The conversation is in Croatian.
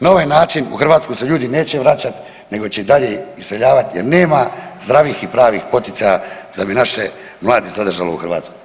Na ovaj način u Hrvatsku se ljudi neće vraćat nego će i dalje iseljavat jer nema zdravih i pravih poticaja da bi naše mlade zadržalo u Hrvatskoj.